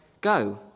go